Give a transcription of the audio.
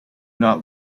not